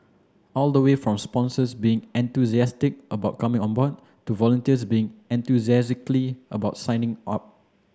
all the way from sponsors being enthusiastic about coming on board to volunteers being enthusiastically about signing up